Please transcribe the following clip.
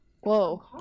Whoa